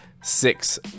six